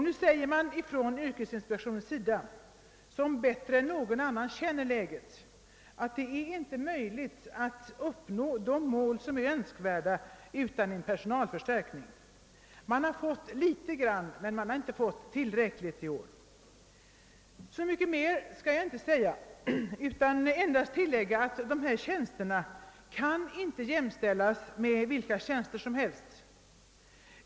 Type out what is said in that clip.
Nu framhåller ykesinspektionen, som bättre än andra känner läget, att det inte är möjligt att uppnå de mål som är önskvärda utan en personalförstärkning. Så mycket mer skall jag inte säga. Jag skall endast tillägga att dessa tjänster inte kan jämställas med vilka tjänster som helst.